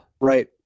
right